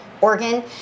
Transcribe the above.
organ